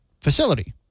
facility